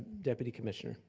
deputy commissioner.